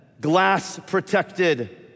glass-protected